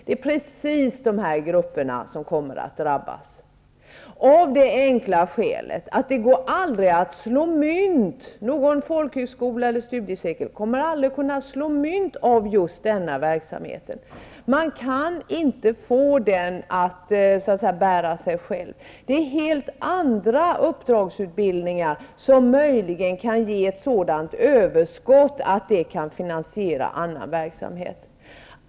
Det är precis de här grupperna som kommer att drabbas, av det enkla skälet att det aldrig går för någon folkhögskola eller någon studiecirkel att slå mynt av just denna verksamhet. Man kan inte få den att så att säga bära sig själv. Det är helt andra uppdragsutbildningar som möjligen kan ge ett sådant överskott att det kan finansiera annan verksamhet.